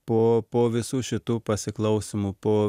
po po visų šitų pasiklausymų po